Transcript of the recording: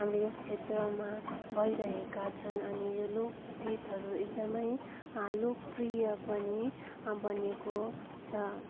हाम्रो यस क्षेत्रमा भइरहेका छन् अनि यो लोकगीतहरू एकदमै लोकप्रिय पनि बनिएको छ